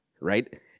Right